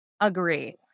agree